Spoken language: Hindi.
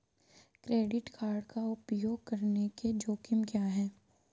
क्रेडिट कार्ड का उपयोग करने के जोखिम क्या हैं?